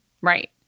Right